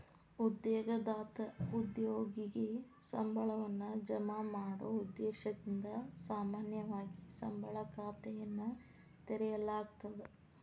ಉದ್ಯೋಗದಾತ ಉದ್ಯೋಗಿಗೆ ಸಂಬಳವನ್ನ ಜಮಾ ಮಾಡೊ ಉದ್ದೇಶದಿಂದ ಸಾಮಾನ್ಯವಾಗಿ ಸಂಬಳ ಖಾತೆಯನ್ನ ತೆರೆಯಲಾಗ್ತದ